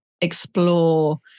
explore